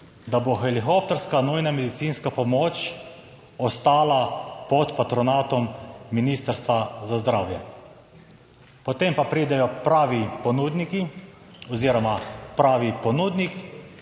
da bo helikopterska nujna medicinska pomoč ostala pod patronatom Ministrstva za zdravje. Potem pa pridejo pravi ponudniki oziroma pravi ponudnik